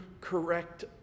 correct